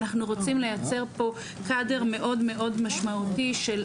אנחנו רוצים לייצר פה קאדר מאוד מאוד משמעותי של